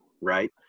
right